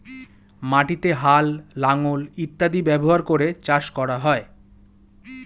মাটিতে হাল, লাঙল ইত্যাদি ব্যবহার করে চাষ করা হয়